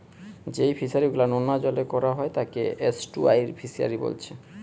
যেই ফিশারি গুলা নোনা জলে কোরা হয় তাকে এস্টুয়ারই ফিসারী বোলছে